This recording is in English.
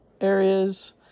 areas